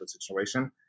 situation